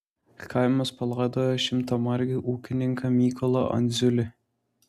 kaimas palaidojo šimtamargį ūkininką mykolą andziulį